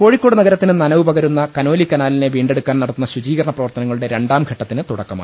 കോഴിക്കോട് നഗരത്തിന് നനവുപകരുന്ന കനോലി കനാലിനെ വീണ്ടെടുക്കാൻ നടത്തുന്ന ശുചീകരണ പ്രവർത്തനങ്ങളുടെ രണ്ടാംഘട്ടത്തിന് തുടക്കമായി